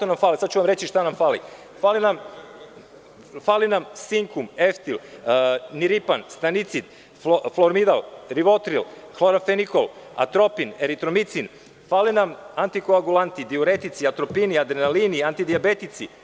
Reći ću vam šta vam fali, fale nam sledeći lekovi: sinkum, eftil, miripan, stanicit, flormidal, rivotril, hlorovenikol, atropin, eritromicin; fale nam antikoagulanti, diuretici, atropini, adrenalini, antidijabetici.